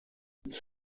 its